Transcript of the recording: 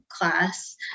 class